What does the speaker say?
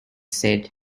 said